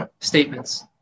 statements